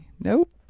Nope